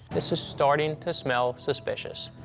this is starting to smell suspicious.